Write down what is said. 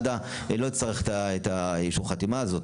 מד"א לא יצטרך את אישור החתימה הזה,